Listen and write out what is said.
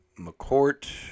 McCourt